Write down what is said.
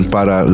Para